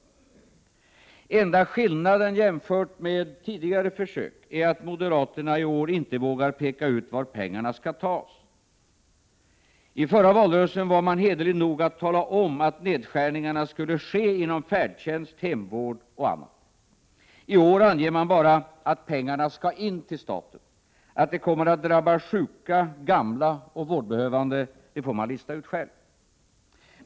Den enda skillnaden jämfört med tidigare försök är att moderaterna i år inte vågar peka ut var pengarna skall tas. I den förra valrörelsen var de hederliga nog att tala om att nedskärningarna skulle ske inom färdtjänst, hemvård och annat. I år anger de bara att pengarna skall in till staten. Att det kommer att drabba sjuka, gamla och vårdbehövande, det får man lista ut själv.